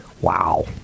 Wow